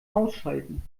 ausschalten